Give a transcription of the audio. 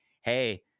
hey